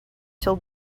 till